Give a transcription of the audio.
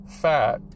fat